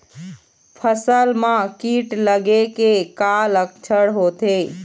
फसल म कीट लगे के का लक्षण होथे?